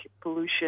pollution